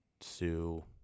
sue